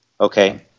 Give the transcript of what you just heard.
Okay